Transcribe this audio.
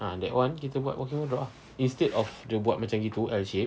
ah that [one] kita buat walk-in wardrobe ah instead of dia buat macam gitu L shaped